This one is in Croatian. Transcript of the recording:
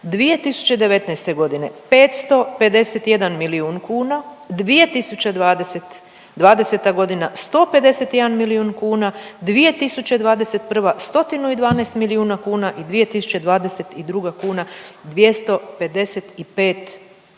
2019.g. 551 milijun kuna, 2020.g. 151 milijun kuna, 2021. 112 milijuna kuna i 2022. 255 milijuna